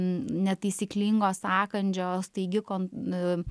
netaisyklingo sąkandžio staigi kon